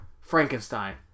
Frankenstein